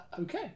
Okay